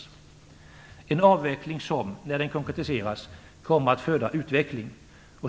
Det är en avveckling som, när den konkretiseras, kommer att föda utveckling.